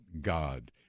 God